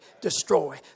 destroy